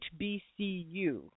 HBCU